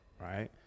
Right